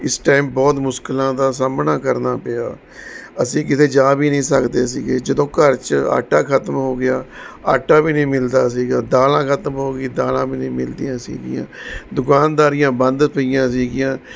ਇਸ ਟਾਈਮ ਬਹੁਤ ਮੁਸ਼ਕਲਾਂ ਦਾ ਸਾਹਮਣਾ ਕਰਨਾ ਪਿਆ ਅਸੀਂ ਕਿਤੇ ਜਾ ਵੀ ਨਹੀਂ ਸਕਦੇ ਸੀਗੇ ਜਦੋਂ ਘਰ 'ਚ ਆਟਾ ਖਤਮ ਹੋ ਗਿਆ ਆਟਾ ਵੀ ਨਹੀਂ ਮਿਲਦਾ ਸੀਗਾ ਦਾਲਾਂ ਖਤਮ ਹੋ ਗਈ ਦਾਲਾਂ ਵੀ ਨਹੀਂ ਮਿਲਦੀਆਂ ਸੀਗੀਆਂ ਦੁਕਾਨਦਾਰੀਆਂ ਬੰਦ ਪਈਆਂ ਸੀਗੀਆਂ